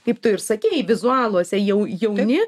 kaip tu ir sakei vizualuose jau jauni